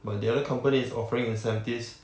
but the other company is offering incentives